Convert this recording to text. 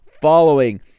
following